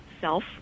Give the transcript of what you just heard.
self